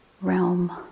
realm